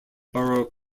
borough